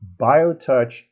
biotouch